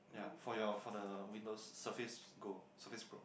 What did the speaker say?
ya for your for the Windows surface go surface pro